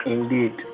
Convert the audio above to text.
Indeed